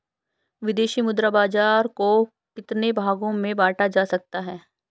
विदेशी मुद्रा बाजार को कितने भागों में बांटा जा सकता है?